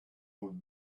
would